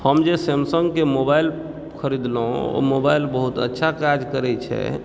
हम जे सैमसंगके मोबाइल खरीदलहुँ ओ मोबाइल बहुत अच्छा काज करैत छै